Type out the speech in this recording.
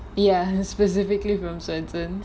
ya specifically from Swensen's